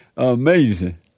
Amazing